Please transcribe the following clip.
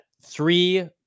three